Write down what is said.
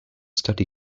study